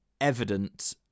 evident